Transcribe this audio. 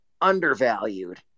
undervalued